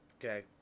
Okay